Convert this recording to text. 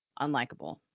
unlikable